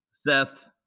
Seth